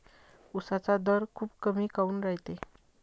उसाचा दर खूप कमी काऊन रायते?